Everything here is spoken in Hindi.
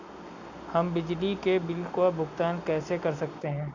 हम बिजली के बिल का भुगतान कैसे कर सकते हैं?